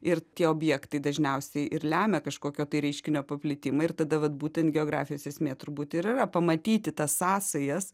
ir tie objektai dažniausiai ir lemia kažkokio tai reiškinio paplitimą ir tada vat būtent geografijos esmė turbūt ir yra pamatyti tas sąsajas